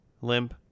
limp